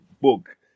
book